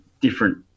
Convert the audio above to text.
different